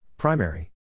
Primary